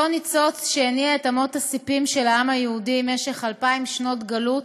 אותו ניצוץ שהניע את אמות הספים של העם היהודי במשך אלפיים שנות גלות,